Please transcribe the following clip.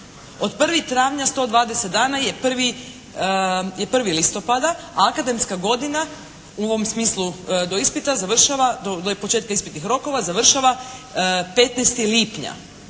Od 1. travnja 120 dana je prvi listopada, a akademska godina u ovom smislu do ispita završava, do početka ispitnih rokova završava 15. lipnja.